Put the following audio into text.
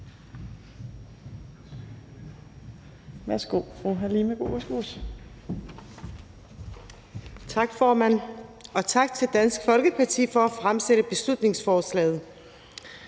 (Ordfører) Halime Oguz (SF): Tak, formand. Tak til Dansk Folkeparti for at fremsætte beslutningsforslaget.